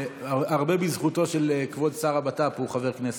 הרבה בזכותו של כבוד שר הבט"פ הוא חבר כנסת.